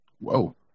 Whoa